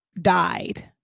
died